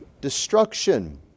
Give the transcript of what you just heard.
destruction